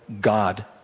God